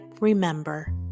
remember